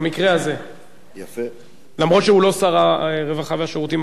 במקרה הזה לא היה שר,